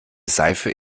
seife